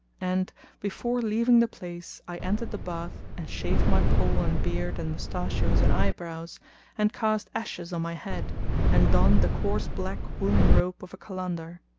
and before leaving the place i entered the bath and shaved my poll and beard and mustachios and eye brows and cast ashes on my head and donned the coarse black woollen robe of a kalandar.